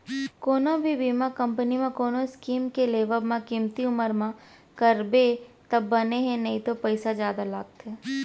कोनो भी बीमा कंपनी म कोनो स्कीम के लेवब म कमती उमर म करबे तब बने हे नइते पइसा जादा लगथे